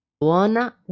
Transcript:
Buona